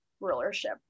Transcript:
rulership